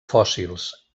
fòssils